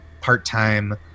part-time